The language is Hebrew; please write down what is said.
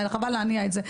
חבל להניע את זה.